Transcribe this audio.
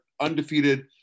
undefeated